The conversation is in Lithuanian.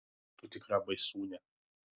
tu tikra baisūnė